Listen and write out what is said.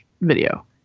video